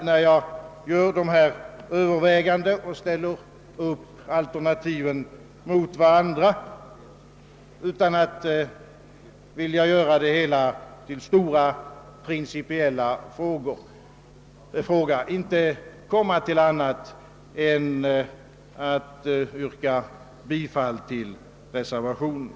När jag gör dessa överväganden och 'ställer alternativen mot varandra utan att göra detta till någon stor principiell fråga kan jag inte annat än yrka bifall till reservationen.